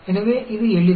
எனவே இது எளிது